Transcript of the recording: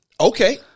Okay